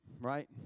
right